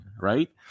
right